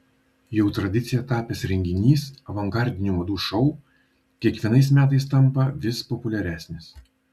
jau tradicija tapęs renginys avangardinių madų šou kiekvienais metais tampa vis populiaresnis